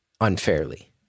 unfairly